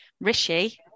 Rishi